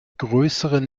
größere